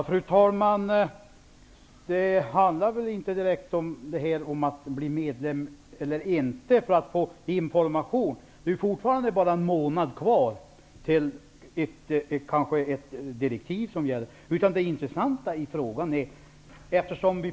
Fru talman! Det handlar väl inte direkt om ifall Sverige behöver bli medlem eller inte för att vi skall få information. Det är ju fortfarande bara en månad kvar till dess att direktivet börjar gälla.